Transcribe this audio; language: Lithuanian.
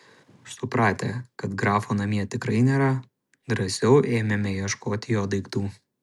supratę kad grafo namie tikrai nėra drąsiau ėmėme ieškoti jo daiktų